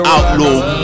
Outlaw